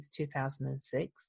2006